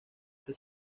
que